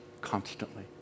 constantly